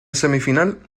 semifinal